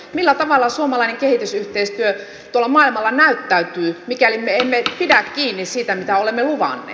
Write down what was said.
millä tavalla suomalainen kehitysyhteistyö tuolla maailmalla näyttäytyy mikäli me emme pidä kiinni siitä mitä olemme luvanneet